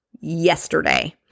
yesterday